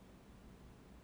in year one in year one